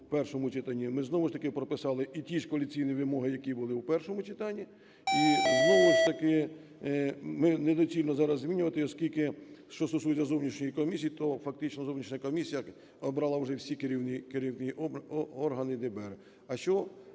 ми знову ж таки прописали і ті ж коаліційні вимоги, які були в першому читанні, і знову ж таки ми… недоцільно зараз змінювати, оскільки, що стосується зовнішньої комісії, то фактично зовнішня комісія обрала вже всі керівні органи ДБР.